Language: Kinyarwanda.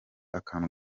akantu